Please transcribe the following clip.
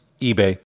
eBay